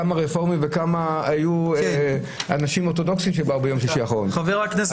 כמה אנשים אורתודוקסים באו ביום שישי האחרון --- חה"כ מקלב